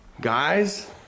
Guys